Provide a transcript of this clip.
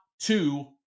two